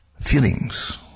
feelings